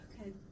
Okay